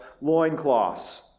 loincloths